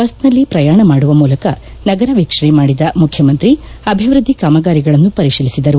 ಬಸ್ನಲ್ಲಿ ಪ್ರಯಾಣ ಮಾಡುವ ಮೂಲಕ ನಗರ ವೀಕ್ಷಣೆ ಮಾಡಿದ ಮುಖ್ಯಮಂತ್ರಿ ಅಭಿವ್ಯದ್ದಿ ಕಾಮಗಾರಿಯಳನ್ನು ಪರಿಶೀಲಿಸಿದರು